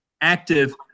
active